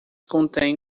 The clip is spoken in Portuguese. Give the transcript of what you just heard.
contém